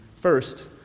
first